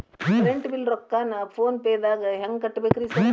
Current bill ರೊಕ್ಕಾನ phone ಪೇದಾಗ ಹೆಂಗ್ ಕಟ್ಟಬೇಕ್ರಿ ಸರ್?